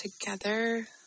together